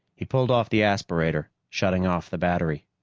he pulled off the aspirator, shutting off the battery.